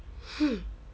hmm